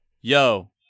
Yo